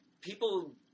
people